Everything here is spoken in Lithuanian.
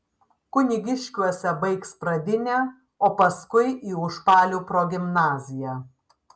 kunigiškiuose baigs pradinę o paskui į užpalių progimnaziją